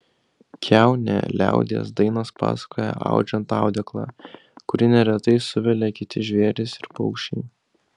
kiaunę liaudies dainos pasakoja audžiant audeklą kurį neretai suvelia kiti žvėrys ir paukščiai